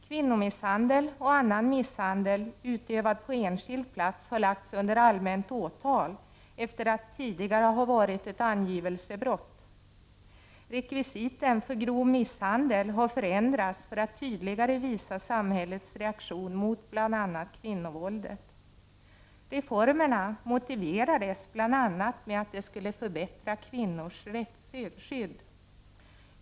”Kvinnomisshandel” och annan misshandel utövad på enskild plats har lagts under allmänt åtal, efter att tidigare ha varit ett angivelsebrott. Rekvisiten för grov misshandel har förändrats för att tydligare visa samhällets reaktion mot bl.a. kvinnovåldet. Reformerna motiverades bl.a. med att de skulle förbättra kvinnors rättsskydd.